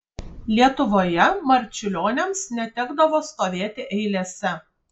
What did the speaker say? lietuvoje marčiulioniams netekdavo stovėti eilėse